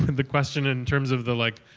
the question in terms of the, like,